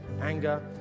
anger